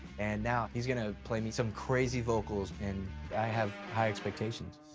and now he's gonna play me some crazy vocals and i have high expectations.